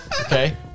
Okay